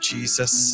Jesus